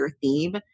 theme